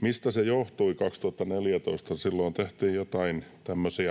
Mistä se johtui 2014? Silloin Venäjä valtasi